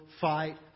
fight